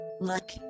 look